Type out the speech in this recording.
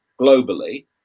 globally